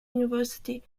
university